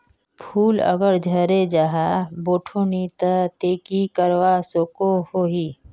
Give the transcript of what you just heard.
फूल अगर झरे जहा बोठो नी ते की करवा सकोहो ही?